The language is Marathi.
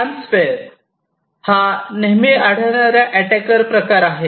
रॅम्सवेअर हा नेहमी आढळणारा अटॅकर प्रकार आहे